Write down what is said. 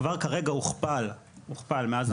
כבר כרגע הוכפל מאז שעבר.